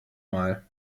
mal